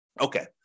Okay